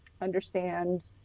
understand